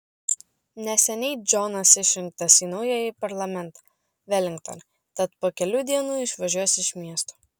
neseniai džonas išrinktas į naująjį parlamentą velingtone tad po kelių dienų išvažiuos iš miesto